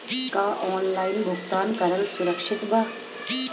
का ऑनलाइन भुगतान करल सुरक्षित बा?